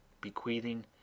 bequeathing